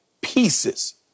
pieces